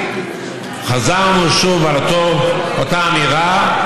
חזרנו שוב על אותה אמירה,